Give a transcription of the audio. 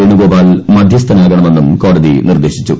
വേണുഗോപാൽ മധ്യസ്ഥനാകണമെന്നും കോടതി നിർദേശിച്ചു